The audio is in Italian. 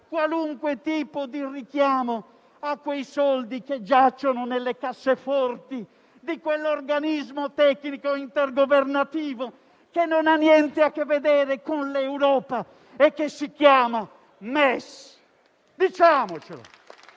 qualsiasi tipo di richiamo a quei soldi che giacciono nelle casseforti di quell'organismo tecnico intergovernativo che non ha niente a che vedere con l'Europa e che si chiama MES.